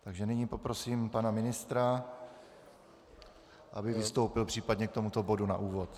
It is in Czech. Takže nyní poprosím pana ministra, aby vystoupil případně k tomuto bodu na úvod.